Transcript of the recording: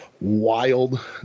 wild